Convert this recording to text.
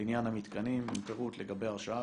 לעניין המתקנים עם פירוט לגבי ההרשאה,